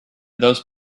those